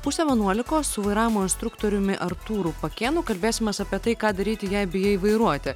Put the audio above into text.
pusę vienuolikos su vairavimo instruktoriumi artūru pakėnu kalbėsimės apie tai ką daryti jei bijai vairuoti